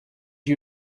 you